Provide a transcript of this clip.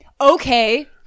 okay